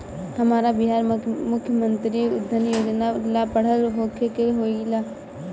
हमरा बिहार मुख्यमंत्री उद्यमी योजना ला पढ़ल होखे के होई का?